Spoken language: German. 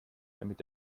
damit